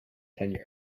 tenure